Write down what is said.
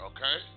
Okay